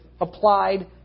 applied